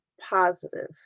positive